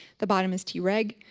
the bottom is t-reg.